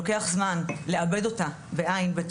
לוקח זמן לעבד אותה בטיפול.